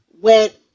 went